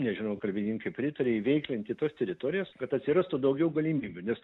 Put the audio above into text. nežinau kalbininkai pritarė įveiklinti tas teritorijas kad atsirastų daugiau galimybių nes